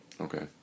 okay